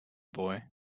boy